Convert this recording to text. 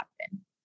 happen